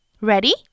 Ready